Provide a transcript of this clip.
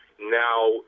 now